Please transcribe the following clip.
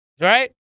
right